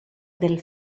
del